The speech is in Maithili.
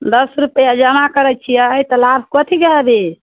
दश रुपआ जमा करैत छियै तऽ लाभ कथीकेँ हबे